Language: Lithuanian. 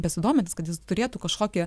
besidomintis kad jis turėtų kažkokią